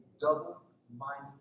double-minded